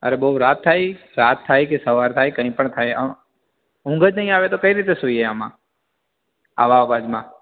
અરે બઉ રાત થાય રાત થાય કે સવાર થાય કાંઈ પણ થાય અહીં ઊંઘ જ નહીં આવે તો કઈ રીતે સૂઈએ આમાં આવા અવાજમાં